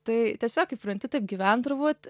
tai tiesiog įpranti taip gyvent turbūt